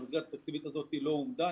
והמסגרת התקציבית הזאת לא הועמדה.